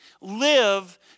Live